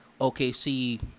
OKC